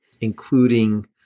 including